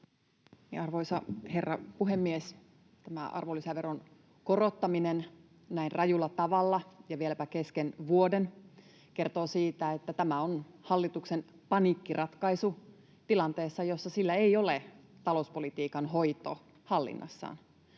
Arvoisa herra puhemies! Tämä arvonlisäveron korottaminen näin rajulla tavalla ja vieläpä kesken vuoden kertoo siitä, että tämä on hallituksen paniikkiratkaisu tilanteessa, jossa sillä ei ole talouspolitiikan hoito hallinnassaan.